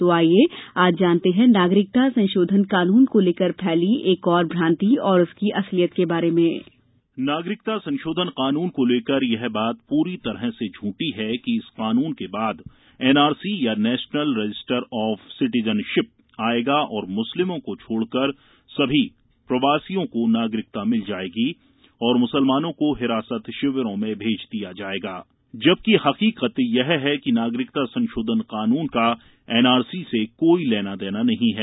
तो आईये आज जानते हैं नागरिकता संशोधन कानून को लेकर फैली एक और भ्रान्ति और उसकी असलियत के बारे में नागरिकता संशोधन कानून को लेकर यह बात प्ररी तरह से झूठी है कि इस कानून के बाद एनआरसी या नेशनल रजिस्टर आफ सिटिजनशिप आएगा और मुस्लिमों को छोड़कर सभी प्रवासियों को नागरिकता मिल जाएगी और मुसलमानों को हिरासत शिविरों में भेज दिया जाएगा जबकि हकीकत यह है कि नागरिकता संशोधन कानून का एनआरसी से कोई लेना देना नहीं है